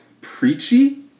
preachy